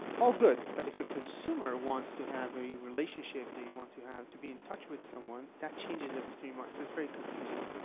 all good. but if a consumer wants to have a relationship, they want to have to be in touch with someone, that changes every three months, so it's very confusing.